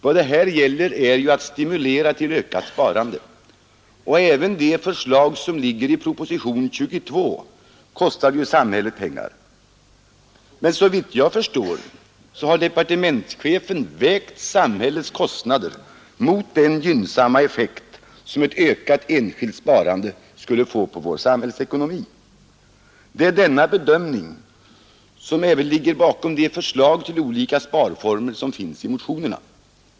Vad det här gäller är ju att stimulera till ökat sparande, och även de förslag som ligger i propositionen 22 kommer att kosta samhället pengar, men såvitt jag förstår har departementschefen vägt samhällets kostnader mot den gynnsamma effekt, som ett ökat enskilt sparande skulle få på vår samhällsekonomi. Det är denna bedömning som även ligger bakom de förslag till olika sparformer som finns i motionerna.